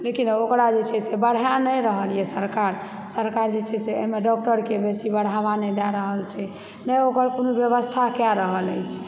लेकिन ओकरा जे छै से बढ़ा नहि रहल यऽ सरकार सरकार जे छै से एहिमे डॉक्टरके बेसी बढ़ावा नहि दए रहल छै नहि ओकर कोनो व्यवस्था कए रहल अछि